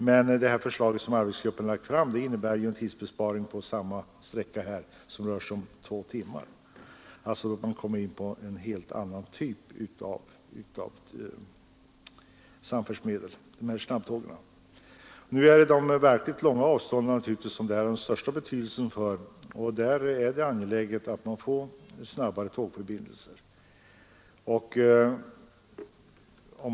Men det förslag som arbetsgruppen lagt fram innebär ju en tidsbesparing på samma sträcka på omkring två timmar. Det blir alltså fråga om en helt annan typ av samfärdsmedel, nämligen snabbtågen. Dessa har naturligtvis den största betydelsen på de verkligt stora avstånden där det är angeläget med snabbare tågförbindelser.